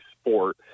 sport